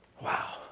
Wow